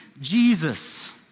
Jesus